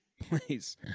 Please